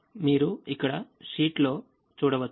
మీరు ఇక్కడ షీట్లో చూడవచ్చు